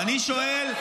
ואני שואל ------ לא,